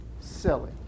silly